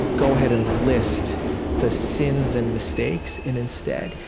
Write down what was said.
go ahead and list the sins and mistakes. and instead,